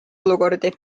olukordi